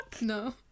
No